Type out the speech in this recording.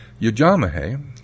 yajamahe